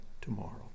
tomorrow